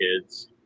kids